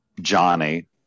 johnny